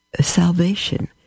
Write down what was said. salvation